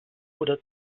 oder